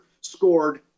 scored